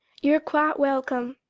you're quite welcome.